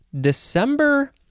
December